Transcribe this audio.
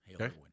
Okay